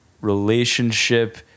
relationship